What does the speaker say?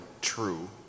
true